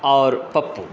आओर पप्पू